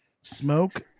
Smoke